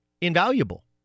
invaluable